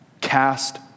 cast